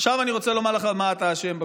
עכשיו אני רוצה לומר לך במה אתה אשם בקורונה,